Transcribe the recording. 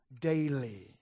daily